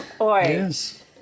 Yes